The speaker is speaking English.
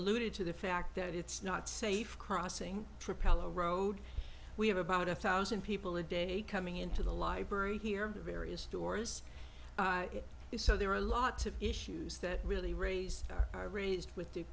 alluded to the fact that it's not safe crossing propellor road we have about a thousand people a day coming into the library here to various stores it is so there are a lot to issues that really raised are raised with the